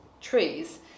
trees